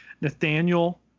nathaniel